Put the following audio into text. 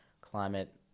climate